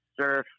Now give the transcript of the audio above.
surf